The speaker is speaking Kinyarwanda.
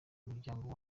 umuryango